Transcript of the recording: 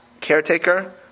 caretaker